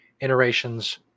iterations